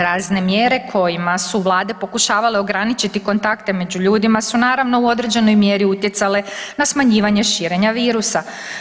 Razne mjere kojima su vlade pokušale ograničiti kontakte među ljudima su naravno u određenoj mjeri utjecale na smanjivanje širenja virusa.